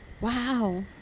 Wow